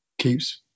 keeps